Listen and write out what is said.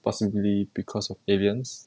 possibly because of aliens